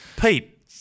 Pete